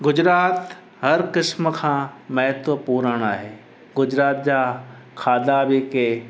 गुजरात हर क़िस्म खां महत्वपूर्ण आहे गुजरात जा खाधा बि कंहिं